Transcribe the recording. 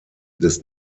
des